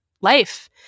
life